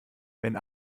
wenn